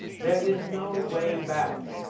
there is no way back.